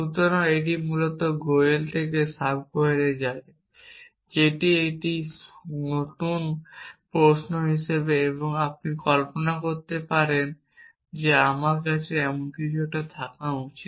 সুতরাং এটি মূলত গোয়েল থেকে সাবগোয়েলে যায় যেটি একটি নতুন প্রশ্ন হিসাবে এবং আপনি কল্পনা করতে পারেন যে আমার কাছে এমন কিছু থাকা উচিত